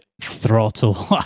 throttle